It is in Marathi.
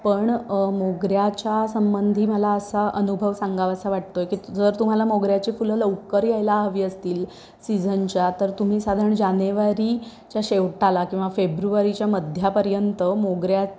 पण मोगऱ्याच्या संबंधी मला असा अनुभव सांगावासा वाटतो आहे की जर तुम्हाला मोगऱ्याचे फुलं लवकर यायला हवी असतील सीझनच्या तर तुम्ही साधारण जानेवारी च्या शेवटाला किंवा फेब्रुवारीच्या मध्यापर्यंत मोगऱ्या